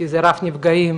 כי זה אירוע רב נפגעים,